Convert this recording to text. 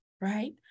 right